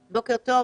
בוקר טוב.